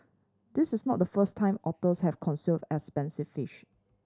this is not the first time otters have consumed expensive fish